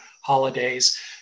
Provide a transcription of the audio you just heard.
holidays